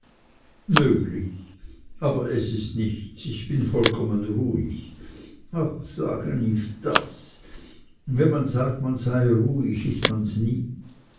möglich aber es ist nichts ich bin vollkommen ruhig ach sage nicht das wenn man sagt man sei ruhig ist man's nie